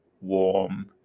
warm